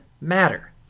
matter